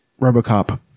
RoboCop